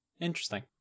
interesting